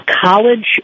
college